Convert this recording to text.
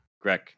Greg